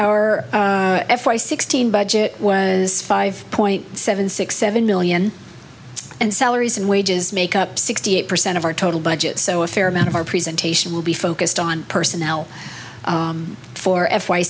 our f y sixteen budget was five point seven six seven million and salaries and wages make up sixty eight percent of our total budget so a fair amount of our presentation will be focused on personnel for f y